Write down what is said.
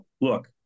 look